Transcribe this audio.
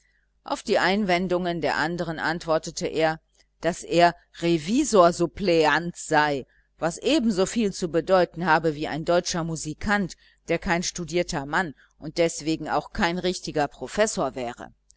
auf die einwendungen der andern antwortete er daß er revisorsuppleant sei was ebensoviel zu bedeuten habe wie ein deutscher musikant der kein studierter mann und deswegen auch kein richtiger professor wäre